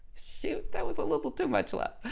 shoot! that was a little too much love.